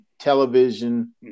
Television